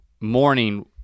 morning